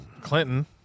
Clinton